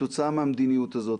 כתוצאה מהמדיניות הזאת.